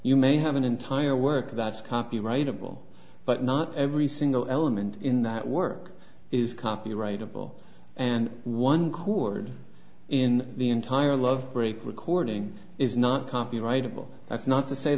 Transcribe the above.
you may have an entire work that's copyrightable but not every single element in that work is copyrightable and one chord in the entire love break recording is not copyrightable that's not to say